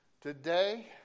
today